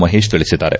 ಮಹೇಶ್ ತಿಳಿಸಿದ್ದಾರೆ